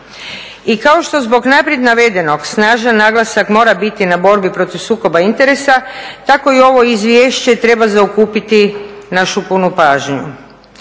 I kao što zbog naprijed navedenog snažan naglasak mora biti na borbi protiv sukoba interesa, tako i ovo izvješće treba zaokupiti našu punu pažnju